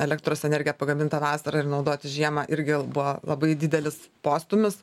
elektros energiją pagamintą vasarą ir naudotis žiemą irgi buvo labai didelis postūmis